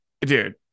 dude